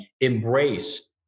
embrace